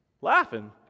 Laughing